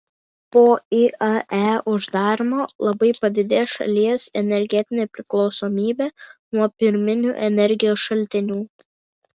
po iae uždarymo labai padidės šalies energetinė priklausomybė nuo pirminių energijos šaltinių